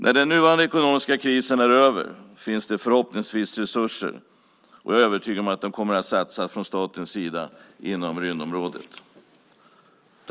När den nuvarande ekonomiska krisen är över finns det förhoppningsvis resurser, och jag är övertygad om att de kommer att satsas från statens sida inom rymdområdet.